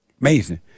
amazing